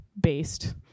based